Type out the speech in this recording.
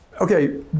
Okay